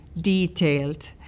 detailed